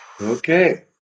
Okay